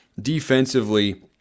defensively